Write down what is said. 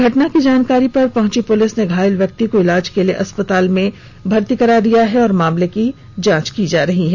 घटना की जानकारी पर पहुंची पुलिस ने घायल व्यक्ति को इलाज के लिए अस्पताल में भर्ती कराया मामले की जांच की जा रही है